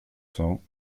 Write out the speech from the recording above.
cents